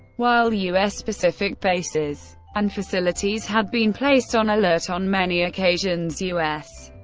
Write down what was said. while u s. pacific bases and facilities had been placed on alert on many occasions, u s.